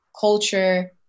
culture